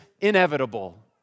inevitable